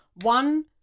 One